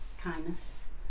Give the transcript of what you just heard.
kindness